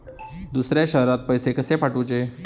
दुसऱ्या शहरात पैसे कसे पाठवूचे?